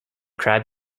crab